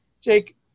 Jake